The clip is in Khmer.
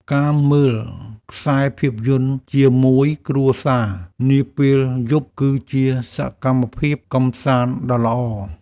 ការមើលខ្សែភាពយន្តជាមួយគ្រួសារនាពេលយប់ គឺជាសកម្មភាពកម្សាន្តដ៏ល្អ។